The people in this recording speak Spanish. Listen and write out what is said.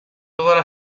todas